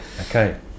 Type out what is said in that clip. Okay